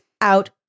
out